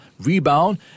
rebound